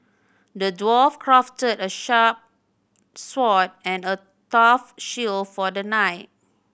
the dwarf crafted a sharp sword and a tough shield for the knight